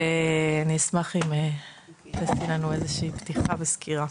ואני אשמח אם תעשי לנו איזה שהיא פתיחה וסקירה.